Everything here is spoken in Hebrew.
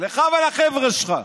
לך ולחבר'ה שלך.